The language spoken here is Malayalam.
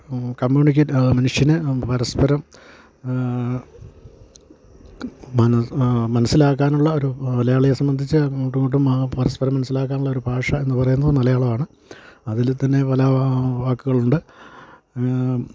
കമ്മ്യൂണിക്കേറ്റ് മനുഷ്യന് പരസ്പ്പരം മനസ്സിലാക്കാനുള്ള ഒരു മലയാളിയെ സംബന്ധിച്ചു അങ്ങോട്ടുമിങ്ങോട്ടും പരസ്പരം മനസ്സിലാക്കാനുള്ള ഒരു ഭാഷ എന്നു പറയുന്നത് മലയാളമാണ് അതിൽ തന്നെ പല വാക്കുകളുളുണ്ട്